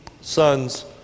sons